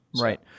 Right